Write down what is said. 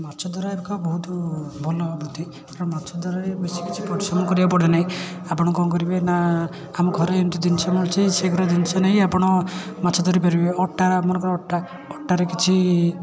ମାଛଧରା ଏକ ବହୁତ ଭଲ ବୃତ୍ତି ମାଛ ଧରାରେ ବେଶୀ କିଛି ପରିଶ୍ରମ କରିବାକୁ ପଡ଼େନାହିଁ ଆପଣ କ'ଣ କରିବେ ନା ଆମ ଘରେ ଏମିତି ଜିନିଷ ମିଳୁଛି ସେଗୁଡ଼ା ଜିନିଷ ନେଇ ଆପଣ ମାଛ ଧରି ପାରିବେ ଅଟା ମନେ କର ଅଟା ଅଟାରେ କିଛି